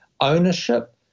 ownership